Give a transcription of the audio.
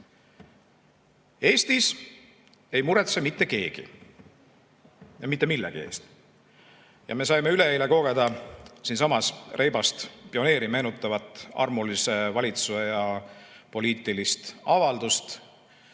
Eestis ei muretse mitte keegi mitte millegi pärast. Ja me saime üleeile siinsamas reibast pioneeri meenutava armulise valitseja poliitilist avaldust